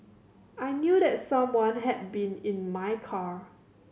I knew that someone had been in my car